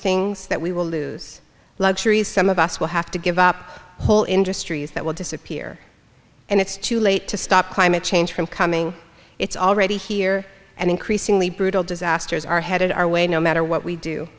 things that we will lose luxuries some of us will have to give up whole industries that will disappear and it's too late to stop climate change from coming it's already here and increasingly brutal disasters are headed our way no matter what we do